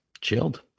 chilled